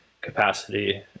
capacity